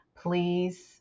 please